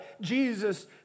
Jesus